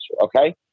okay